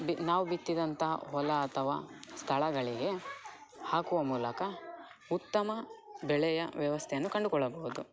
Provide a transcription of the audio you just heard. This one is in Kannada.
ಬಿ ನಾವು ಬಿತ್ತಿದಂತಹ ಹೊಲ ಅಥವಾ ಸ್ಥಳಗಳಿಗೆ ಹಾಕುವ ಮೂಲಕ ಉತ್ತಮ ಬೆಳೆಯ ವ್ಯವಸ್ಥೆಯನ್ನು ಕಂಡುಕೊಳ್ಳಬಹುದು